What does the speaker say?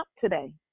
today